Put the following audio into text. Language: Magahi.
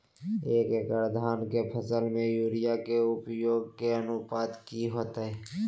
एक एकड़ धान के फसल में यूरिया के उपयोग के अनुपात की होतय?